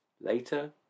Later